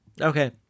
Okay